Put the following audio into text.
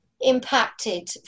impacted